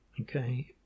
Okay